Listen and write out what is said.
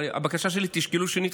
הבקשה שלי: תשקלו שנית.